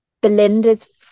Belinda's